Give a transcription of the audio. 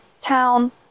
town